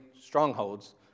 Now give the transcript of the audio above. strongholds